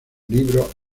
libros